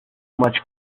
much